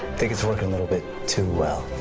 think it's working a little bit too well.